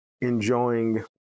enjoying